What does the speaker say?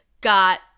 got